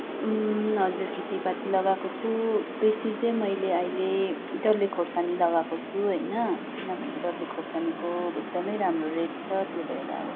हजुर खेतीपाती लगाएको छु बेसी चाहिँ मैले अहिले डल्ले खोर्सानी लगाएको छु होइन किनभने डल्ले खोर्सानीको एकदमै राम्रो रेट छ त्यो भएर अब